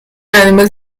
animal